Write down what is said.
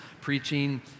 preaching